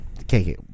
Okay